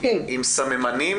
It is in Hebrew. עם סממנים